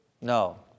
No